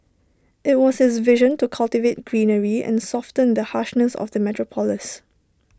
IT was his vision to cultivate greenery and soften the harshness of the metropolis